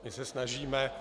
My se snažíme...